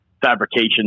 fabrication